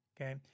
Okay